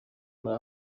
muri